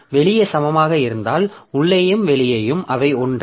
வெளியே சமமாக இருந்தால் உள்ளேயும் வெளியேயும் அவை ஒன்றே